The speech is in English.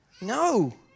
No